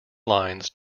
lines